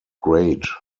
grade